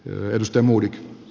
myös teemu